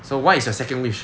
so what is your second wish